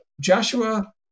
Joshua